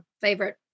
favorite